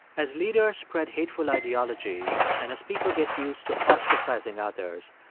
as leaders spread hateful ideologies and as people get used to ostracizing others,